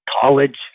college